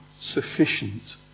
sufficient